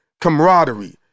camaraderie